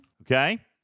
Okay